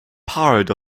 part